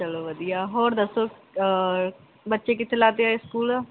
ਚਲੋ ਵਧੀਆ ਹੋਰ ਦੱਸੋ ਬੱਚੇ ਕਿੱਥੇ ਲਾਤੇ ਆ ਸਕੂਲ